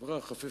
חברה חפיפית.